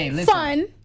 fun